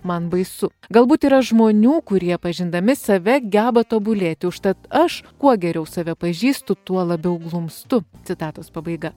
man baisu galbūt yra žmonių kurie pažindami save geba tobulėti užtat aš kuo geriau save pažįstu tuo labiau glumstu citatos pabaiga